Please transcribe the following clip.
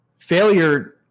Failure